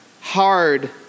hard